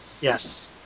Yes